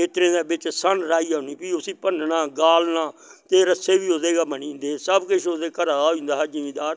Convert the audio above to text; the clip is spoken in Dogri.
खेत्तरैं दे बिच्च सन राही औनी फ्ही उसी भन्ना गालना ते रस्से बी ओह्दे गै बनी जंदे हे सब किश उसलै घरा दा होई जंदा हा जिमिदार